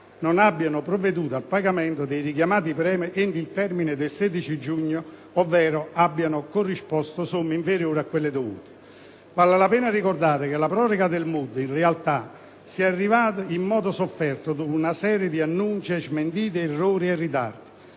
non abbiano provveduto al pagamento dei richiamati premi entro il termine del 16 giugno, ovvero abbiano corrisposto somme inferiori a quelle dovute. Vale la pena ricordare che alla proroga del MUD, in realtà, si è arrivati in modo sofferto dopo una serie di annunci e smentite, errori e ritardi.